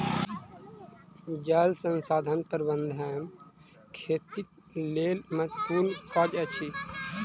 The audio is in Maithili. जल संसाधन प्रबंधन खेतीक लेल महत्त्वपूर्ण काज अछि